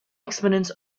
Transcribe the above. exponent